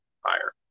higher